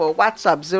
WhatsApp